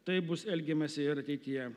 taip bus elgiamasi ir ateityje